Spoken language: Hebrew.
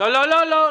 לא לא.